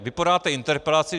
Vy podáte interpelaci.